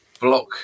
block